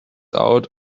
out